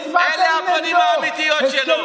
אלה הפנים האמיתיות שלו.